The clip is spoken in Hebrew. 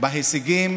בהישגים